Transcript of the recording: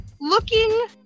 looking